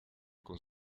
con